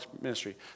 ministry